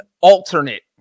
alternate